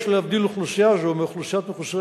יש להבדיל אוכלוסייה זו מאוכלוסיית מחוסרי